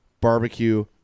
barbecue